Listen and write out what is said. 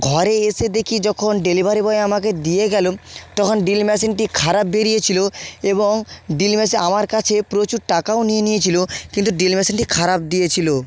ঘরে এসে দেখি যখন ডেলিভারি বয় আমাকে দিয়ে গেলো তখন ড্রিল ম্যাশিনটি খারাপ বেরিয়েছিলো এবং ড্রিল ম্যাশিন আমার কাছে প্রচুর টাকাও নিয়ে নিয়েছিলো কিন্তু ড্রিল মেশিনটি খারাপ দিয়েছিলো